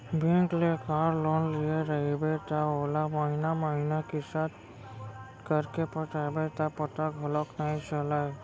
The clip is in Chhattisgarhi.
बेंक ले कार लोन लिये रइबे त ओला महिना महिना किस्त करके पटाबे त पता घलौक नइ चलय